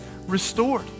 restored